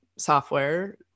software